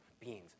beans